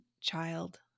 child